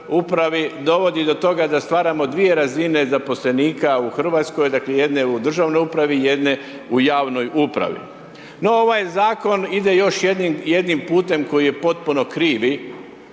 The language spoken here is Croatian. dovodi do toga da stvaramo dvije razine zaposlenika u RH, dakle, jedne u državnoj upravi, jedne u javnoj upravi. No, ovaj Zakon ide još jednim putem koji je potpuno krivi.